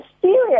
serious